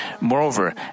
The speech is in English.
Moreover